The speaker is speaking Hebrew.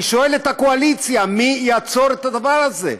אני שואל את הקואליציה, מי יעצור את הדבר הזה?